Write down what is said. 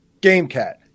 GameCat